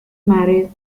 marriage